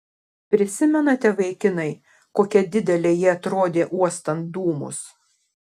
prisimenate vaikinai kokia didelė ji atrodė uostant dūmus